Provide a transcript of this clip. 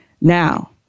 Now